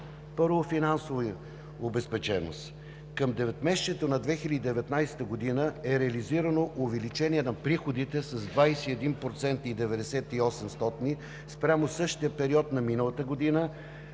Финансова обезпеченост. Към 9-месечието на 2019 г. е реализирано увеличение на приходите с 21,98% спрямо същия период на миналата година,